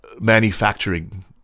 manufacturing